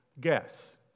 guess